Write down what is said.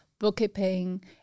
bookkeeping